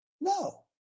No